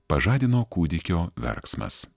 pažadino kūdikio verksmas